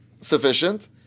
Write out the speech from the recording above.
sufficient